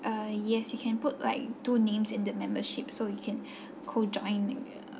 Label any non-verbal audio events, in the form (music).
uh yes you can put like two names in the membership so you can (breath) co join